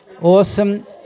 Awesome